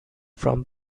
from